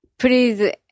please